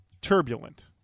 turbulent